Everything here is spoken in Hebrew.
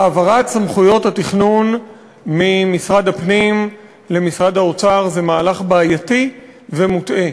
העברת סמכויות התכנון ממשרד הפנים למשרד האוצר היא מהלך בעייתי ומוטעה.